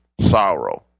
sorrow